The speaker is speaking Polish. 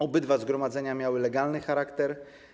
Obydwa zgromadzenia miały legalny charakter.